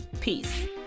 Peace